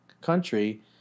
country